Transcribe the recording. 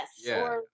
Yes